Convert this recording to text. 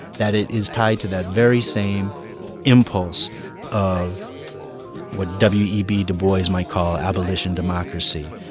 that it is tied to that very same impulse of what w e b. du bois might call abolition democracy,